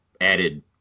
added